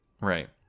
right